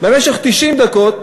במשך 90 דקות